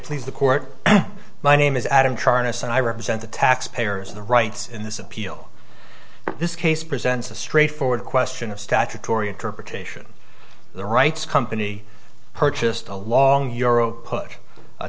please the court my name is adam charnas and i represent the taxpayers of the rights in this appeal this case presents a straightforward question of statutory interpretation the rights company purchased a long euro